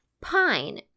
pine